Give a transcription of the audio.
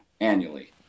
annually